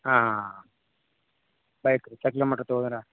ಹಾಂ ಹಾಂ ಹಾಂ